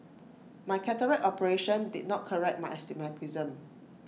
my cataract operation did not correct my astigmatism